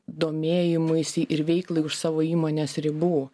domėjimuisi ir veiklai už savo įmonės ribų